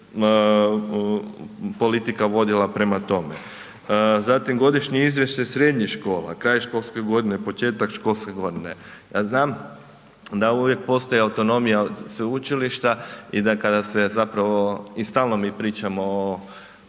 politika vodila prema tome. Zatim godišnje izvješće srednjih škola, kraj školske godine, početak školske godine, ja znam da uvijek postoji autonomija od sveučilišta i da kada se zapravo i stalno mi pričamo o